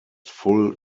full